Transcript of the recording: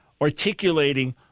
articulating